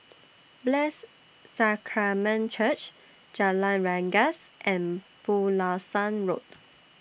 Blessed Sacrament Church Jalan Rengas and Pulasan Road